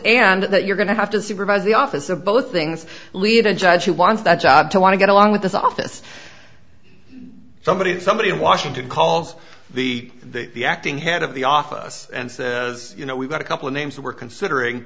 and that you're going to have to supervise the office of both things lead a judge who wants that job to want to get along with this office somebody somebody in washington calls the the acting head of the office and says you know we've got a couple of names we're considering